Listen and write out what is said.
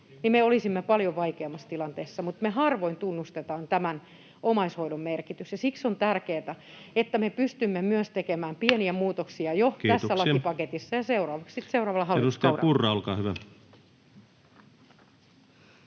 niin me olisimme paljon vaikeammassa tilanteessa, mutta me harvoin tunnustetaan tämän omaishoidon merkitys. Siksi on tärkeätä, että me pystymme myös tekemään pieniä muutoksia jo tässä